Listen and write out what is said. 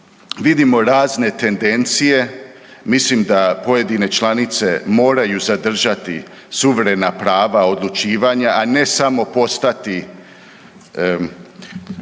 vidimo razne tendencije. Mislim da pojedine članice moraju zadržati suverena prava odlučivanja, a ne samo postati